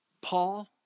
Paul